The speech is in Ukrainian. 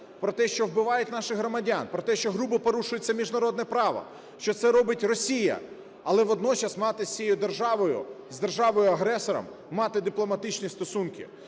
про те, що вбивають наших громадян, про те, що грубо порушується міжнародне право, що це робить Росія, але водночас мати з цією державою, з державою-агресором, мати дипломатичні стосунки?